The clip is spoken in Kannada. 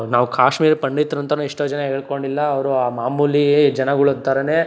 ನಾವು ಕಾಶ್ಮೀರಿ ಪಂಡಿತ್ರಂತಾನು ಎಷ್ಟೋ ಜನ ಹೇಳ್ಕೊಂಡಿಲ್ಲ ಅವರು ಆ ಮಾಮೂಲಿ ಜನಗಳು ಥರ